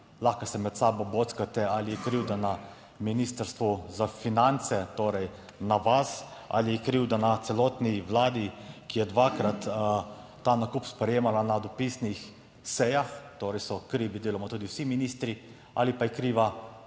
lahko se med sabo bockate ali je krivda na Ministrstvu za finance, torej na vas, ali je krivda na celotni Vladi, ki je dvakrat ta nakup sprejemala na dopisnih sejah, torej so krivi deloma tudi vsi ministri ali pa je kriva